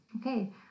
Okay